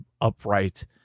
upright